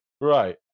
Right